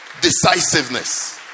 decisiveness